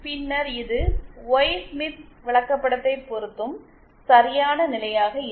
பின்னர் இது Y Smith விளக்கப்படத்தைப் பொறுத்தும் சரியான நிலையாக இருக்கும்